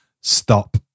stop